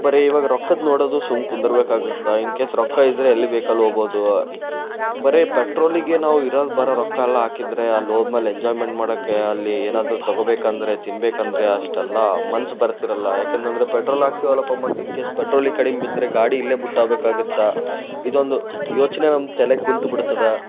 ಬರೀ ಇವಾಗ ರೊಕ್ಕದ್ದೇ ನೋಡೋದು ಸುಮ್ನೆ ಕುಂದರ್ಬೇಕಾಗುತ್ತೆ ಇನ್ ಕೇಸ್ ರೊಕ್ಕ ಇದ್ದರೆ ಎಲ್ಲಿ ಬೇಕಲ್ಲಿ ಹೋಬೋದು ಬರೀ ಪೆಟ್ರೋಲಿಗೆ ನಾವು ಇರೋ ಬರೋ ರೊಕ್ಕ ಎಲ್ಲ ಹಾಕಿದ್ರೆ ಅಲ್ಲಿ ಹೋದ ಮೇಲೆ ಎಂಜಾಯ್ಮೆಂಟ್ ಮಾಡೋಕ್ಕೆ ಅಲ್ಲಿ ಏನಾದ್ರೂ ತೊಗೊಬೇಕಂದರೆ ತಿನ್ನಬೇಕಂದ್ರೆ ಅಷ್ಟೆಲ್ಲ ಮನ್ಸು ಬರ್ತಿರೋಲ್ಲ ಏಕಂತಂದ್ರೆ ಪೆಟ್ರೋಲ್ ಹಾಕ್ಸಿವಲ್ಲಪ್ಪ ಮತ್ತು ಇನ್ ಕೇಸ್ ಪೆಟ್ರೋಲಿಗೆ ಕಡಿಮೆ ಬಿದ್ದರೆ ಗಾಡಿ ಇಲ್ಲೇ ಬಿಟ್ಟೋಬೇಕಾಗತ್ತ ಇದೊಂದು ಯೋಚನೆ ನಮ್ಮ ತಲೆಗೆ ಕುಂತು ಬಿಡ್ತದ